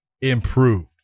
improved